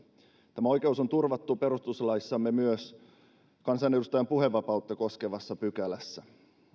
tämä oikeus on turvattu perustuslaissamme myös kansanedustajan puhevapautta koskevassa pykälässä